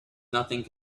nothing